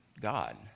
God